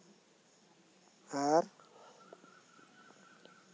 ᱟᱨ